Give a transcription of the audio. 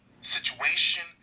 situation